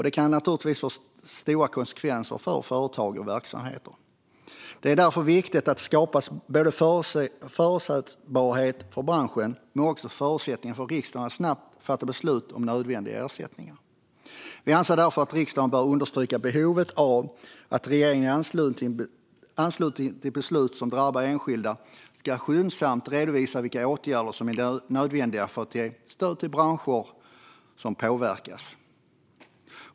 Det kan naturligtvis få stora konsekvenser för företag och verksamheter. Det är därför viktigt att det skapas både förutsägbarhet för branschen och förutsättningar för riksdagen att snabbt fatta beslut om nödvändiga ersättningar. Vi anser därför att riksdagen bör understryka behovet av att regeringen i anslutning till beslut som drabbar enskilda skyndsamt redovisar vilka åtgärder som är nödvändiga för att ge stöd till branscher som påverkas.